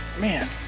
man